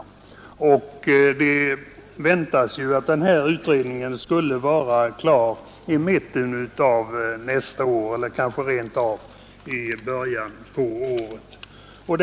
Det väntas att utredningen skall bli klar med sina uppgifter i mitten eller kanske rent av i början av nästa år.